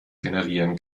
generieren